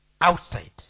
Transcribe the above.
outside